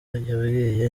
yabwiye